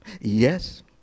yes